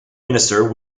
minister